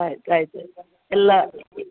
ಆಯ್ತು ಆಯಿತು ಎಲ್ಲ